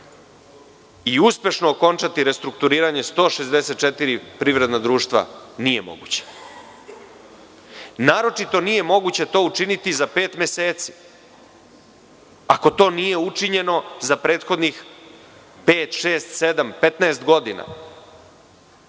i uspešno okončati restrukturiranje 164 privredna društva? Nije moguće. Naročito nije moguće to učiniti za pet meseci, ako to nije učinjeno za prethodnih pet, šest, sedam, 15 godina. Ako